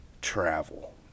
travel